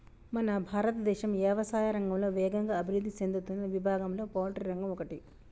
మన భారతదేశం యవసాయా రంగంలో వేగంగా అభివృద్ధి సేందుతున్న విభాగంలో పౌల్ట్రి రంగం ఒకటి